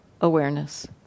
awareness